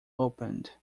opened